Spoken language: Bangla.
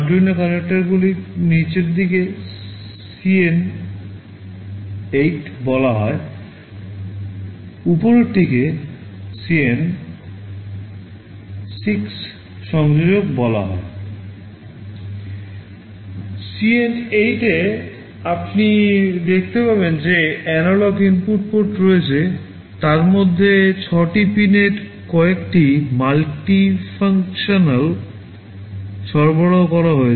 CN 8 তে আপনি দেখতে পাবেন যে এনালগ ইনপুট পোর্ট রয়েছে তার মধ্যে ছয়টি পিনের কয়েকটি মাল্টিফাঙ্কশনাল সরবরাহ করা হয়েছে